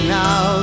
now